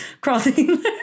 crossing